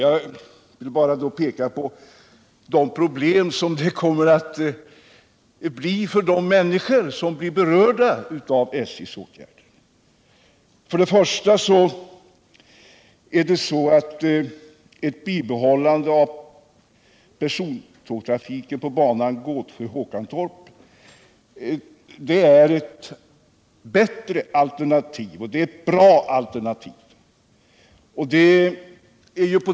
Jag vill då bara peka på problemen för de människor som är berörda av SJ:s åtgärder. För det första är ett bibehållande av den nuvarande persontågtrafiken på banan Gårdsjö-Håkantorp det bästa alternativet.